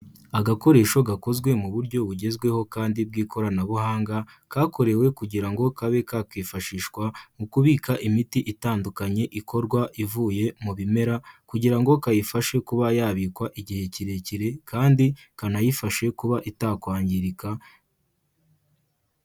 Agakoresho gakozwe mu buryo bugezweho kandi bw'ikoranabuhanga, kakorewe kugira ngo kabe kakifashishwa mu kubika imiti itandukanye ikorwa ivuye mu bimera kugira ngo kayifashe kuba yabikwa igihe kirekire kandi kanayifashe kuba itakwangirika.